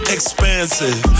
Expensive